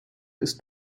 ist